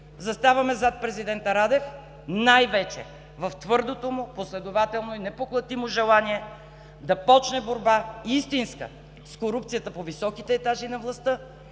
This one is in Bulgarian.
Заставаме зад президента Радев, най-вече в твърдото му, последователно и непоклатимо желание да започне истинска борба с корупцията по високите етажи на властта